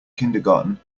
kindergarten